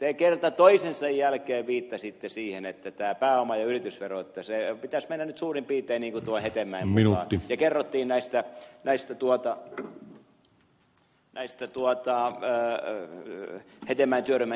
te kerta toisensa jälkeen viittasitte siihen että tämän pääoma ja yritysveron pitäisi mennä nyt suurin piirtein hetemäen mukaan ja kerrottiin näistä hetemäen työryhmän esityksistä